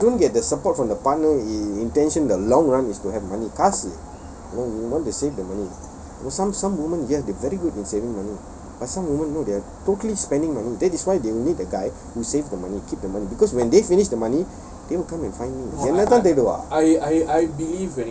if you don't get the support from the partner intention the long run is to have money காசு:kaasu you want to save the money some some women yes they very good in saving money but some women no they're totally spending money that is why they will need a guy who save the money keep the money because when they finish the money they will come and find me Abe தேடுவா:ape theaduwa